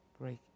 break